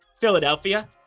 Philadelphia